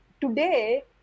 today